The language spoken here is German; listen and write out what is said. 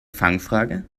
fangfrage